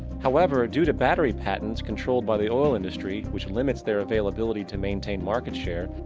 however, due to battery patents, controlled by the oil industry, which limits their and ability to maintain market share,